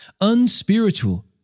unspiritual